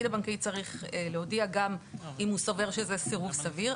הבנקאי צריך להודיע גם אם הוא סובר שזה סירוב סביר.